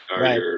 Right